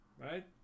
Right